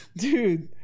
dude